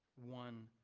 one